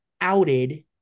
outed